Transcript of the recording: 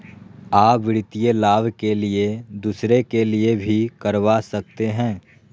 आ वित्तीय लाभ के लिए दूसरे के लिए भी करवा सकते हैं?